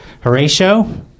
horatio